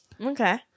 Okay